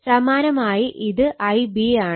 സമാനമായി ഇത് Ib ആണ്